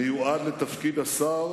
מיועד לתפקיד השר